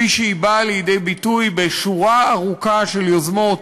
שבאה לידי ביטוי בשורה ארוכה של יוזמות